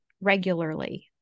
regularly